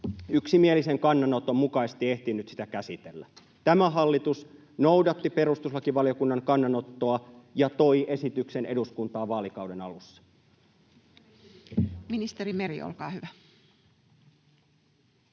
yksimielisen kannanoton mukaisesti ehtinyt sitä käsitellä. Tämä hallitus noudatti perustuslakivaliokunnan kannanottoa ja toi esityksen eduskuntaan vaalikauden alussa. [Speech 70] Speaker: